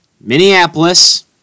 Minneapolis